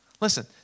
Listen